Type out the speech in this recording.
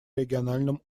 региональном